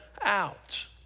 out